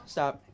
Stop